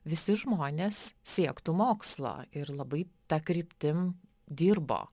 visi žmonės siektų mokslo ir labai ta kryptim dirbo